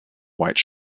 white